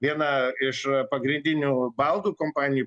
viena iš pagrindinių baldų kompanijų